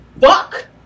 fuck